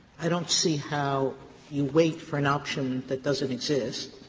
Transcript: i don't see how you wait for an option that doesn't exist.